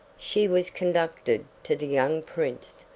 she was conducted to the young prince,